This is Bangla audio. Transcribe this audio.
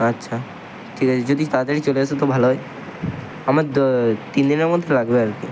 আচ্ছা ঠিক আছে যদি তাড়াতাড়ি চলে আসে তো ভালো হয় আমার দো তিন দিনের মধ্যে লাগবে আর কী